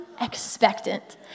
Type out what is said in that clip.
expectant